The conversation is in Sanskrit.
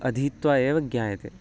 अधीत्वा एव ज्ञायते